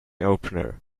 opener